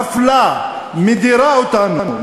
מפלה ומדירה אותנו,